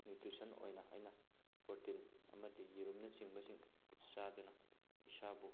nutrition ꯑꯣꯏꯅ ꯑꯩꯅ protein ꯑꯃꯗꯤ ꯌꯦꯔꯨꯝꯅꯆꯤꯡꯕꯁꯤꯡ ꯆꯥꯗꯨꯅ ꯏꯁꯥꯕꯨ